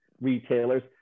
retailers